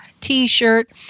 T-shirt